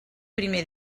primer